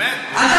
תפסיקי, באמת, די.